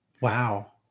Wow